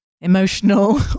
emotional